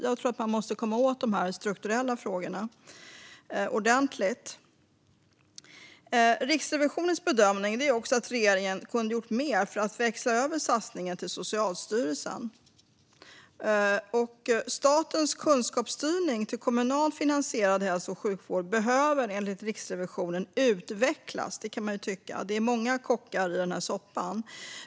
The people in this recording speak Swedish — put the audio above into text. Jag tror att man måste komma åt de strukturella frågorna ordentligt. Riksrevisionens bedömning är att regeringen kunde ha gjort mer för att växla över satsningar till Socialstyrelsen. Statens kunskapsstyrning till kommunalt finansierad hälso och sjukvård behöver, enligt Riksrevisionen, utvecklas. Det kan man tycka. Det är många kockar i soppan.